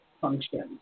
functions